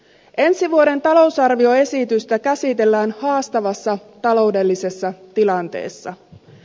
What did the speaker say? ensi vuoden talousarvioesitystä käsitellään haastavassa taloudellisessa tilanteessa